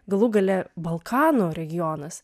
galų gale balkanų regionas